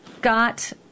got